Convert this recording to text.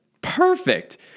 perfect